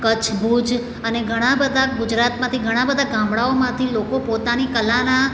કચ્છ ભુજ અને ઘણાં બધા ગુજરાતમાંથી ઘણાં બધા ગામડાઓમાંથી લોકો પોતાની કલાના